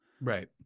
Right